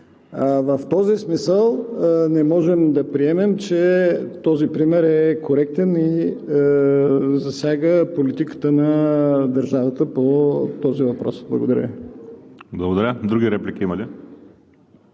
В този смисъл не можем да приемем, че този пример е коректен и засяга политиката на държавата по този въпрос. Благодаря. ПРЕДСЕДАТЕЛ ВАЛЕРИ